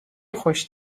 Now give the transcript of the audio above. خوش